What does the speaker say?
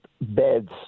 beds